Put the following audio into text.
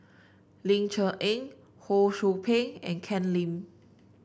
Ling Cher Eng Ho Sou Ping and Ken Lim